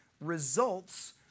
results